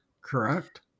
correct